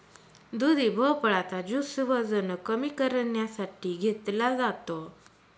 दुधी भोपळा चा ज्युस वजन कमी करण्यासाठी घेतला जातो